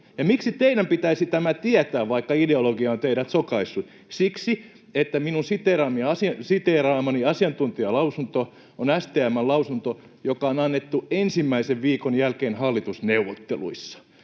Miksi teidän pitäisi tämä tietää, vaikka ideologia on teidät sokaissut? Siksi, että minun siteeraamani asiantuntijalausunto on STM:n lausunto, joka on annettu hallitusneuvotteluissa